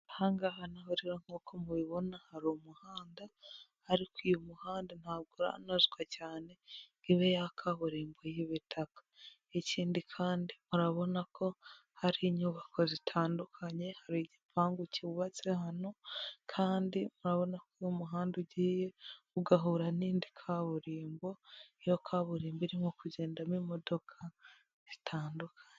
Aha ngaha na ho rero nk'uko mubibona hari umuhanda ariko uyu muhanda ntago uranozwa cyane ngo ibe ya kaburimbo y'ubutaka. Ikindi kandi murabona ko hari inyubako zitandukanye, hari igipangu cyubatse hano, kandi murabona ko uno muhanda ugiye ugahura n'indi kaburimbo, iyo kaburimbo irimo kugendamo imodoka zitandukanye.